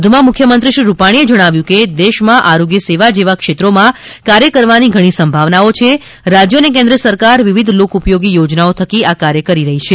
વધુમાં મુખ્યમંત્રી શ્રી રૂપણીએ જણાવ્યું હતું કે દેશમાં આરોગ્ય સેવા જેવા ક્ષેત્રોમાં કાર્ય કરવાની ઘણી સંભાવનાઓ છે રાજ્ય અને કેન્દ્ર સરકાર વિવિધ લોકઉપયોગી યોજનાઓ થકી આ કાર્ય કરી રહી છે